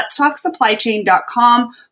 letstalksupplychain.com